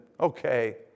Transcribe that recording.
Okay